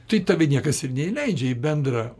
tai tave niekas ir neįleidžia į bendrą